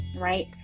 right